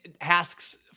asks